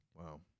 Wow